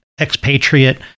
expatriate